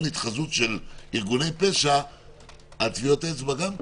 התחזות של ארגוני פשע - על טביעות אצבע גם כן.